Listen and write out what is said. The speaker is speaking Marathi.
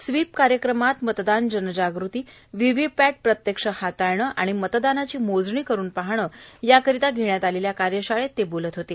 स्वीप कार्यक्रमात मतदान जनजागृती व्हीव्हीपॅट प्रत्यक्ष हाताळणे आणि मतदानाची मोजणी करुन पाहणे या करीता घेण्यात आलेल्या कार्यशाळेत ते बोलत होते